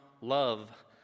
love